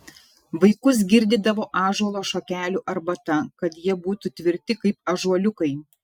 vaikus girdydavo ąžuolo šakelių arbata kad jie būtų tvirti kaip ąžuoliukai